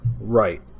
Right